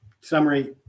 summary